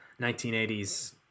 1980s